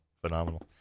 Phenomenal